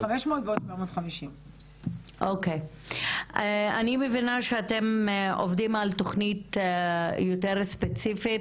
זה 500 ועוד 750. אני מבינה שאתם עובדים על תוכנית יותר ספציפית,